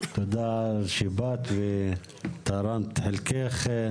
תודה שבאת ותרמת חלקך.